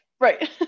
Right